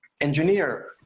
engineer